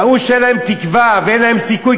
ראו שאין להם תקווה ואין להם סיכוי,